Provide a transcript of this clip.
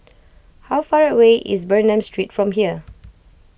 how far away is Bernam Street from here